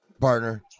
partner